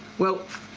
well,